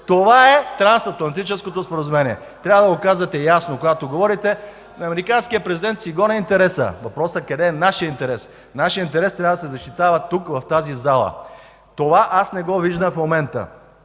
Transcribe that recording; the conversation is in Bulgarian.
Това е трансатлантическото споразумение. Трябва да го казвате ясно, когато говорите. Американският президент си гони интереса. Въпросът е къде е нашият интерес? Нашият интерес трябва да се защитава тук, в тази зала. Това аз не го виждам в момента!